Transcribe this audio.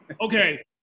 Okay